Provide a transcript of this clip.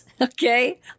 okay